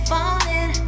Falling